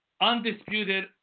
Undisputed